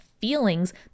feelings